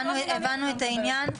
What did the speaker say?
הבנו את העניין.